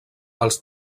els